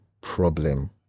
problem